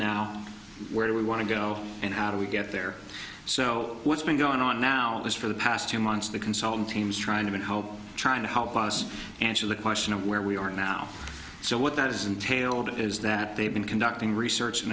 now where do we want to go and how do we get there so what's been going on now is for the past two months the consultant teams trying to help trying to help us answer the question of where we are now so what that is entailed is that they've been conducting research